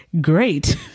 great